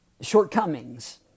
shortcomings